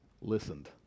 listened